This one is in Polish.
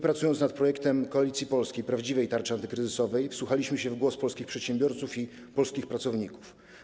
Pracując nad projektem Koalicji Polskiej dotyczącym prawdziwej tarczy antykryzysowej, wsłuchaliśmy się w głos polskich przedsiębiorców i polskich pracowników.